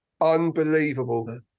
unbelievable